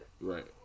right